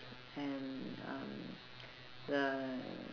and um the